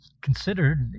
considered